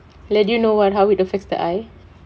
let you know what how it affects the eye